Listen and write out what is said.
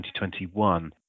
2021